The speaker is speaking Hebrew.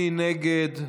מי נגד?